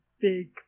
big